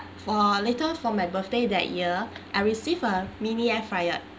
for later for my birthday that year I receive a mini air fryer